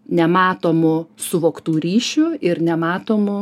nematomų suvoktų ryšių ir nematomų